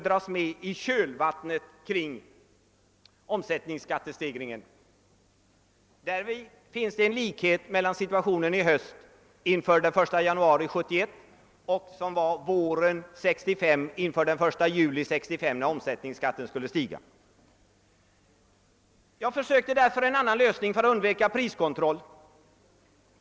Därvidlag finns det alltså en likhet mellan situationen inför den 1 januari 1971 och inför den 1 juli 1965, då omsättningsskatten skulle stiga. Jag försökte därför en annan lösning för att undvika priskontroll.